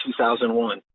2001